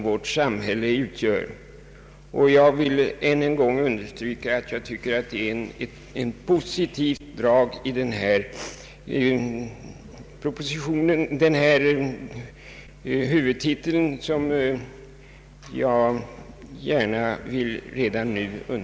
Jag understryker än en gång att jag tycker detta är ett positivt drag i denna huvudtitel.